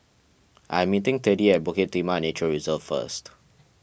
I am meeting Teddy at Bukit Timah Nature Reserve first